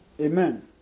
Amen